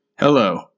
Hello